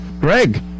Greg